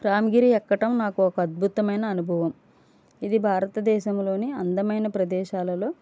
రామగిరి ఎక్కడం నాకు ఒక అద్భుతమైన అనుభవం ఇది భారతదేశంలోని అందమైన ప్రదేశాలలో